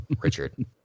Richard